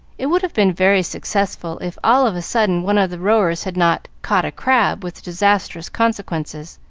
it would have been very successful if, all of a sudden, one of the rowers had not caught a crab with disastrous consequences.